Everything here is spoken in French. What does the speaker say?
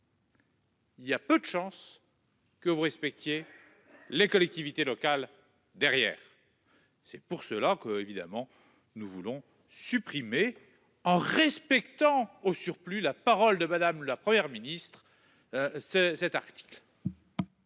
Il y a peu de chances que vous respectiez les collectivités locales derrière. C'est pour cela que évidemment nous voulons supprimer en respectant au surplus la parole de madame, la Première ministre. Ce cet article.